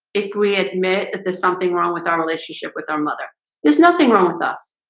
if we admit that there's something wrong with our relationship with our mother there's nothing wrong with us.